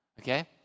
Okay